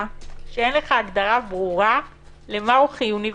שאין לך הגדרה ברורה למהו חיוני ודחוף.